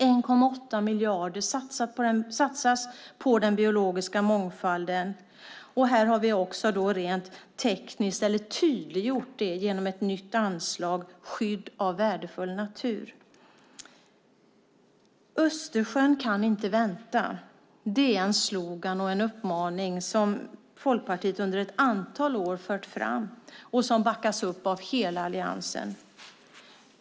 1,8 miljarder satsas på den biologiska mångfalden. Det har tydliggjorts genom det nya anslaget Skydd av värdefull natur. Östersjön kan inte vänta. Det är en slogan och en uppmaning som Folkpartiet under ett antal år fört fram och som backas upp av hela Alliansen.